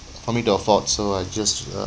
for me to afford so I just uh